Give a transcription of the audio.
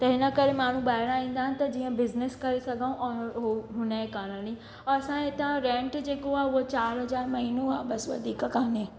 त हिन करे माण्हू ॿाहिरां ईंदा आहिनि त जीअं बिज़निस करे सघूं ऐं हो हुनजे कारण ई ऐं असां ए इतां रेंट जेको आहे उहो चारि हज़ार महीनो आहे बसि वधीक कोन्हे